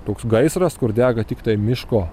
toks gaisras kur dega tiktai miško